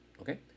Okay